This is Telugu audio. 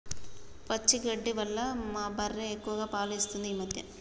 పచ్చగడ్డి వల్ల మా బర్రె ఎక్కువ పాలు ఇస్తుంది ఈ మధ్య